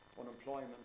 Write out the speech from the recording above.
Unemployment